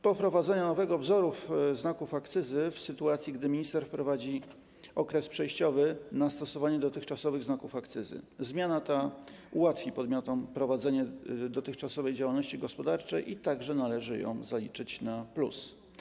Po wprowadzeniu nowego wzoru znaków akcyzy, w sytuacji gdy minister wprowadzi okres przejściowy na stosowanie dotychczasowych znaków akcyzy, zmiana ta ułatwi podmiotom prowadzenie dotychczasowej działalności gospodarczej i także należy ją zaliczyć na plus.